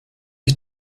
ich